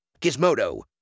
Gizmodo